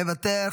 מוותר,